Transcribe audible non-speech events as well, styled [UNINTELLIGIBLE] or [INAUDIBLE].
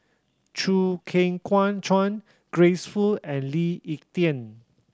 Chew Kheng [UNINTELLIGIBLE] Chuan Grace Fu and Lee Ek Tieng